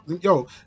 yo